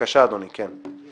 בבקשה אדוני, כן.